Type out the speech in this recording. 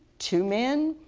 two men,